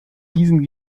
diesen